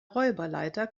räuberleiter